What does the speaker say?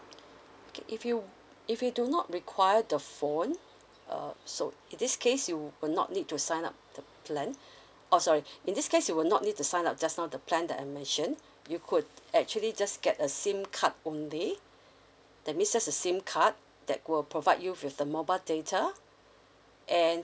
okay if you if you do not require the phone uh so in this case you would not need to sign up the plan oh sorry in this case you will not need to sign up just now the plan that I mentioned you could actually just get a SIM card only that mixes the SIM card that will provide you with the mobile data and